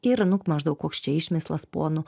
ir nuk maždaug koks čia išmislas ponų